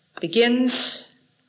begins